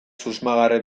susmagarri